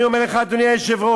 אני אומר לך, אדוני היושב-ראש,